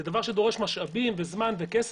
זה דורש זמן ומשאבים וכסף,